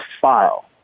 file